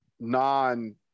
non